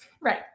Right